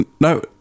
no